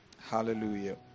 Hallelujah